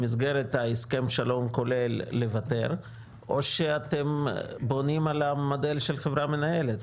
במסגרת ההסכם שלו כולל לוותר או שאתם בונים על המודל של חברה מנהלת,